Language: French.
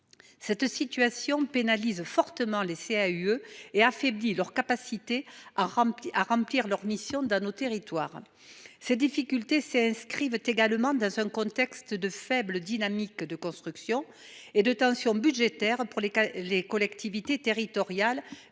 Cette situation pénalise fortement les CAUE et affaiblit leur capacité à remplir leurs missions dans nos territoires. Ces difficultés s’inscrivent en outre dans un contexte de faible dynamique de construction et de tensions budgétaires pour les collectivités territoriales,